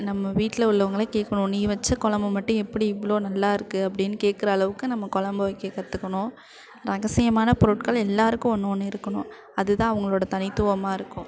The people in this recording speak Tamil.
நம்ம வீட்டில் உள்ளவர்களே கேட்கணும் நீ வைச்ச கொழம்பு மட்டும் எப்படி இவ்வளோ நல்லா இருக்குது அப்படின்னு கேட்குற அளவுக்கு நம்ம கொழம்பு வைக்க கற்றுக்கணும் ரகசியமான பொருட்கள் எல்லாேருக்கும் ஒன்று ஒன்று இருக்கணும் அதுதான் அவர்களோட தனித்துவமாக இருக்கும்